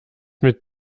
mit